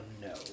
No